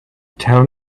tell